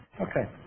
Okay